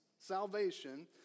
salvation